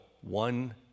One